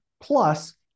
Plus